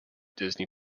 disney